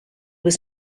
was